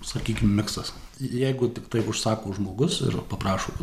sakykim miksas jeigu tiktai užsako žmogus ir paprašo